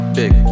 big